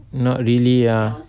not really ah